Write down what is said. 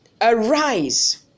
arise